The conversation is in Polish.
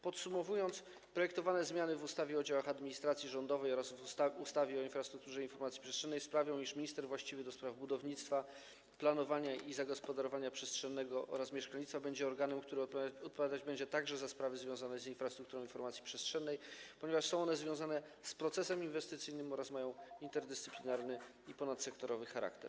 Podsumowując, projektowane zmiany w ustawie o działach administracji rządowej oraz ustawie o infrastrukturze informacji przestrzennej sprawią, iż minister właściwy do spraw budownictwa, planowania i zagospodarowania przestrzennego oraz mieszkalnictwa będzie organem, który odpowiadać będzie także za sprawy związane z infrastrukturą informacji przestrzennej, ponieważ są one związane z procesem inwestycyjnym oraz mają interdyscyplinarny i ponadsektorowy charakter.